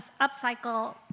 upcycle